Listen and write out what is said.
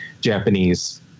Japanese